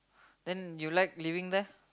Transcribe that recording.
then you like living there